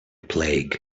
plague